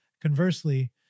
Conversely